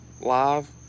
live